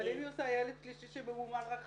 אבל אם היא עושה ילד שלישי שממומן רק 50%,